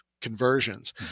conversions